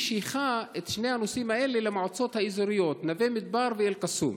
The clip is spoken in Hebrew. והיא שייכה את שני הנושאים האלה למועצות האזוריות נווה מדבר ואל-קסום.